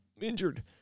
injured